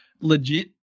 legit